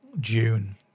june